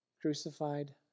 crucified